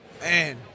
Man